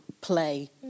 play